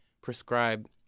prescribe